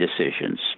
decisions